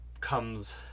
comes